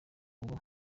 ngo